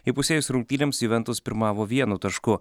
įpusėjus rungtynėms juventus pirmavo vienu tašku